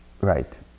Right